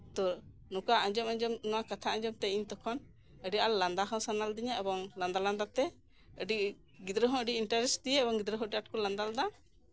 ᱛᱳ ᱱᱚᱝᱠᱟ ᱟᱸᱡᱚᱢ ᱟᱸᱡᱚᱢ ᱱᱚᱣᱟ ᱠᱟᱛᱷᱟ ᱟᱸᱡᱚᱢ ᱛᱮ ᱤᱧ ᱛᱚᱠᱷᱚᱱ ᱟᱹᱰᱤ ᱟᱸᱴ ᱞᱟᱸᱫᱟ ᱦᱚᱸ ᱥᱟᱱᱟ ᱞᱤᱫᱤᱧᱟ ᱟᱨ ᱞᱟᱸᱫᱟ ᱞᱟᱸᱫᱟᱛᱮ ᱟᱹᱰᱤ ᱜᱤᱫᱽᱨᱟᱹ ᱦᱚᱸ ᱟᱹᱰᱤ ᱤᱱᱴᱟᱨᱮᱥᱴ ᱫᱤᱭᱮ ᱠᱚ ᱞᱟᱸᱫᱟ ᱞᱮᱫᱟ